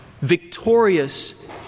victorious